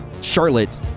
Charlotte